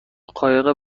قایق